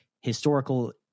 historical